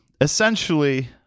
essentially